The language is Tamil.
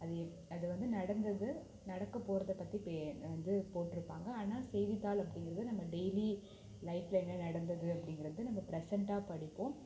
அது அது வந்து நடந்தது நடக்கப் போகிறத பற்றி பே வந்து போட்டிருப்பாங்க ஆனால் செய்தித்தாள் அப்படிங்கிறது நம்ம டெய்லி லைஃப்பில் என்ன நடந்தது அப்படிங்கிறத நம்ம பிரசன்ட்டாக படிப்போம்